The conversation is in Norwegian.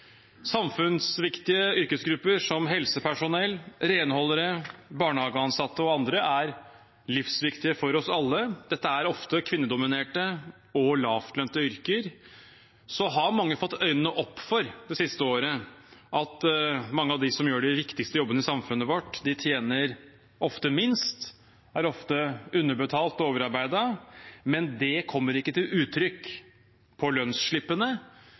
Samfunnsviktige yrkesgrupper som helsepersonell, renholdere, barnehageansatte og andre er livsviktige for oss alle. Dette er ofte kvinnedominerte og lavtlønte yrker. Mange har det siste året fått øynene opp for at mange av dem som gjør de viktigste jobbene i samfunnet vårt, ofte tjener minst, ofte er underbetalt og overarbeidet, men det kommer ikke til uttrykk på lønnsslippene.